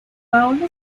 paola